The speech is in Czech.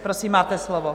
Prosím, máte slovo.